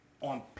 on